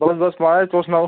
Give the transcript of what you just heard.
बस बस माराज तुस सनाओ